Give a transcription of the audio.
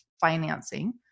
financing